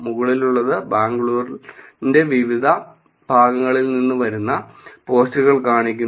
മുകളിലുള്ളത് ബാംഗ്ലൂരിന്റെ വിവിധ ഭാഗങ്ങളിൽ നിന്ന് വരുന്ന പോസ്റ്റുകൾ കാണിക്കുന്നു